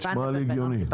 נשמע לי הגיוני.